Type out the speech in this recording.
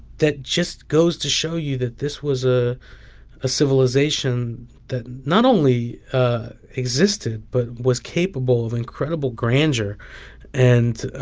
that just goes to show you that this was a ah civilization that not only existed but was capable of incredible grandeur and